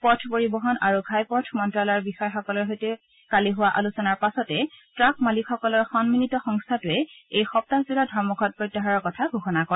পথ পৰিবহণ আৰু ঘাইপথ মন্ত্যালয়ৰ বিষয়াসকলৰ সৈতে কালি হোৱা আলোচনাৰ পাছতে ট্টাক মালিকসকলৰ সম্মিলিত সংস্থাটোৱে এই সপ্তাহজোৰা ধৰ্মঘট প্ৰত্যাহাৰৰ কথা ঘোষণা কৰে